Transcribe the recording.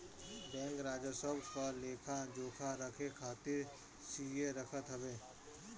bank राजस्व क लेखा जोखा रखे खातिर सीए रखत हवे